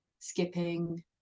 skipping